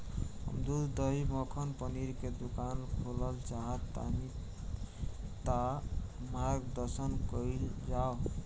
हम दूध दही मक्खन पनीर के दुकान खोलल चाहतानी ता मार्गदर्शन कइल जाव?